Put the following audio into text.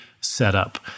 setup